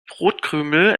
brotkrümel